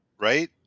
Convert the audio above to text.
right